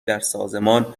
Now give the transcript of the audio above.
بسیار